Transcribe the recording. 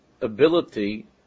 ability